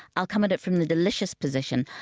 i'll come at it from the delicious position.